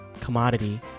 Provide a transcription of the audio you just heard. commodity